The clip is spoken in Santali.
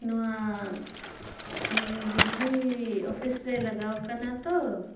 ᱱᱚᱣᱟ ᱵᱤᱡᱽᱞᱤ ᱚᱯᱷᱤᱥ ᱨᱮ ᱞᱟᱜᱟᱣ ᱟᱠᱟᱱᱟ ᱛᱚ